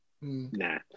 Nah